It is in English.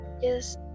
Yes